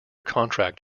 contract